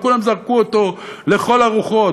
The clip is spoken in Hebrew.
וכולם זרקו אותו לכל הרוחות,